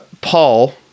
Paul